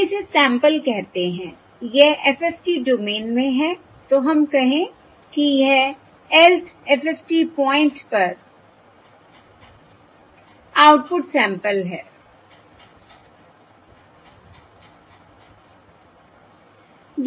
हम इसे सैंपल कहते हैं यह FFT डोमेन में है तो हम कहें कि यह Lth FFT पॉइंट पर आउटपुट सैंपल है